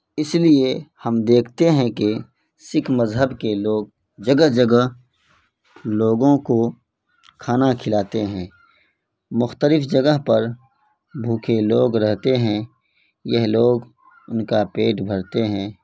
اس لیے ہم دیکھتے ہیں کہ سکھ مذہب کے لوگ جگہ جگہ لوگوں کو کھانا کھلاتے ہیں مختلف جگہ پر بھوکے لوگ رہتے ہیں یہ لوگ ان کا پیٹ بھرتے ہیں